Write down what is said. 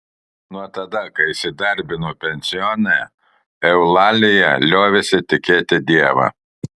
nuo tada kai įsidarbino pensione eulalija liovėsi tikėti dievą